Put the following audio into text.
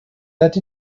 that